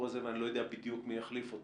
הזה ואני לא יודע בדיוק מי יחליף אותו